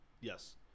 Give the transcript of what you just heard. Yes